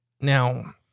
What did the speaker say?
Now